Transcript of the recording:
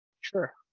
Sure